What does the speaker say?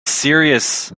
serious